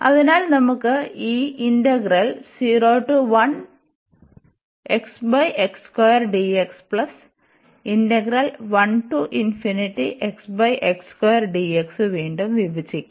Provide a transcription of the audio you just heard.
അതിനാൽ നമുക്ക് ഈ വീണ്ടും വിഭജികാം